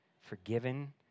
forgiven